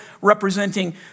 representing